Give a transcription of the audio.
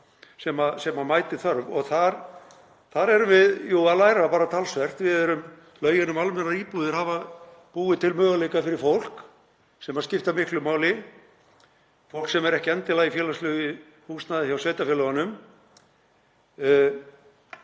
sem mæti þörf. Þar erum við jú að læra talsvert. Lögin um almennar íbúðir hafa búið til möguleika fyrir fólk sem skipta miklu máli, fólk sem er ekki endilega í félagslegu húsnæði hjá sveitarfélögunum.